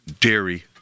dairy